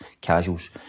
Casuals